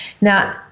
Now